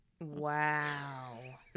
Wow